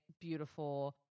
beautiful